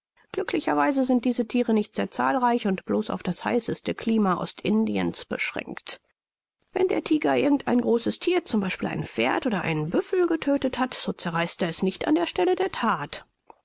weise sind diese thiere nicht sehr zahlreich und blos auf das heißeste klima ostindiens beschränkt wenn der tiger irgend ein großes thier z b ein pferd oder einen büffel getödtet hat so zerreißt er es nicht an der stelle der that